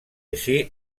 així